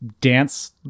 dance